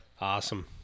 awesome